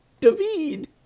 David